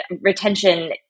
retention